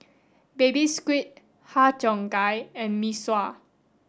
Baby Squid har Cheong Gai and Mee Sua